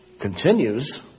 continues